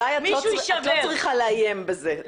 עליי את לא צריכה לאיים בזה,